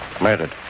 Murdered